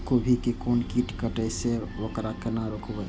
गोभी के कोन कीट कटे छे वकरा केना रोकबे?